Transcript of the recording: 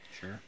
Sure